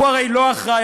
הוא הרי לא אחראי,